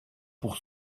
pour